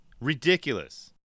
Ridiculous